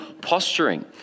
posturing